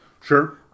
Sure